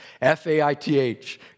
F-A-I-T-H